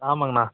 ஆமாங்கண்ணா